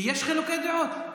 כי יש חילוקי דעות.